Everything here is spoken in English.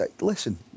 Listen